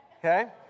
Okay